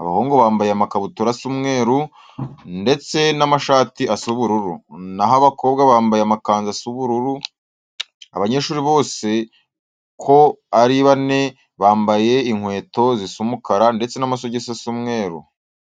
Abahungu bambaye amakabutura asa umweru, ndetse n'amashati asa ubururu, naho abakobwa bambaye amakanzu asa ubururu. Abanyeshuri bose uko ari bane bambaye inkweto zisa umukara ndetse n'amasogisi asa umweru.